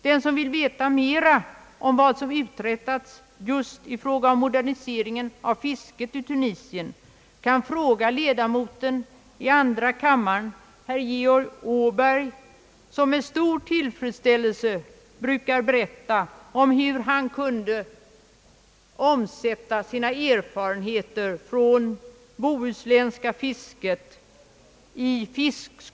Den som vill veta mera om vad som uträttats i fråga om just fisket i Tunisien, kan fråga ledamoten av andra kammaren herr Georg Åberg, som med stor tillfredsställelse brukar berätta om hur han i fiskeskolan i Tunisien kunde omsätta sina erfarenheter från det bohuslänska fisket.